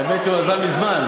האמת שהוא אזל מזמן.